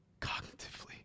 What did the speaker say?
cognitively